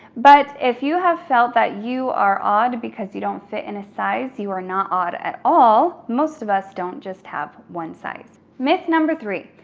but if you have felt that you are odd because you don't fit in a size, you are not odd at all, most of us don't just have one size. myth number three,